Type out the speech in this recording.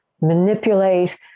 manipulate